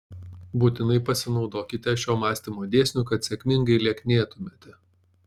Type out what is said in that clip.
būtinai pasinaudokite šiuo mąstymo dėsniu kad sėkmingai lieknėtumėte